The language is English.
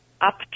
up